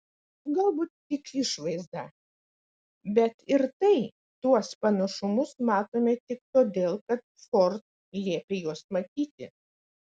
galbūt tik išvaizdą bet ir tai tuos panašumus matome tik todėl kad ford liepė juos matyti